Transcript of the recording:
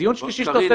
קארין,